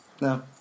No